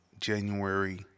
January